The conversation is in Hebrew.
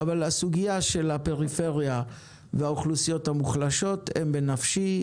אבל הסוגיה של הפריפריה והאוכלוסיות המוחלשות הם בנפשי,